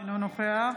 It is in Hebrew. אינו נוכח